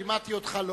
לימדתי אותך.